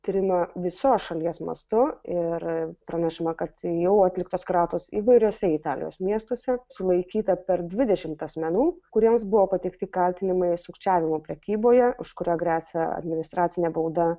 tyrimą visos šalies mastu ir pranešama kad jau atliktos kratos įvairiuose italijos miestuose sulaikyta per dvidešimt asmenų kuriems buvo pateikti kaltinimai sukčiavimu prekyboje už kurio gresia administracinė bauda